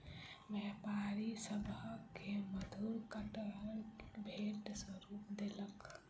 व्यापारी सभ के मधुर कटहर भेंट स्वरूप देलक